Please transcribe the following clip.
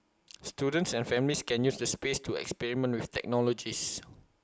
students and families can use the space to experiment with technologies